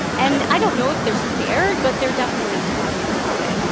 and i don't know if they're scared, but they're definitely talking about it.